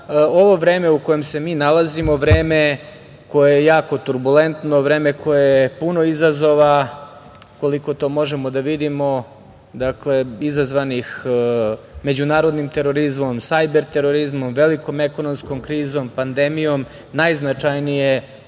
ovo vreme u kojem se mi nalazimo vreme koje je jako turbulentno, vreme koje je puno izazova, koliko to možemo da vidimo, izazvanih međunarodnim terorizmom, sajber terorizmom, velikom ekonomskom krizom, pandemijom, najznačajnije